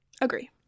Agree